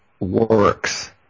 works